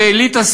כאליטה,